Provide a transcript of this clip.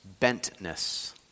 bentness